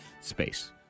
space